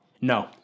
No